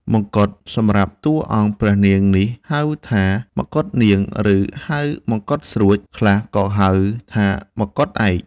មកុដសម្រាប់តួអង្គព្រះនាងនេះហៅថាមកុដនាង ខ្លះហៅមកុដស្រួច ខ្លះក៏ហៅថាមកុដឯក។